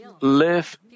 live